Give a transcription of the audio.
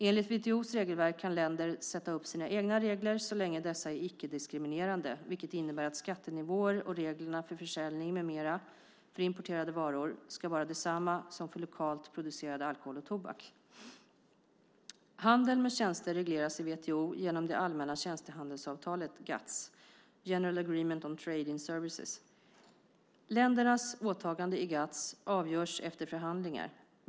Enligt WTO:s regelverk kan länder sätta upp sina egna regler så länge dessa är icke-diskriminerande, vilket innebär att skattenivåer och reglerna för försäljning med mera för importerade varor ska vara desamma som för lokalt producerad alkohol och tobak. Handeln med tjänster regleras i WTO genom det allmänna tjänstehandelsavtalet, GATS . Ländernas åtagande i GATS avgörs efter förhandlingar.